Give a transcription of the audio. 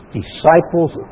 disciples